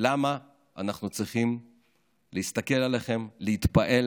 למה אנחנו צריכים להסתכל עליכם, להתפעל